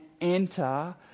enter